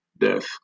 death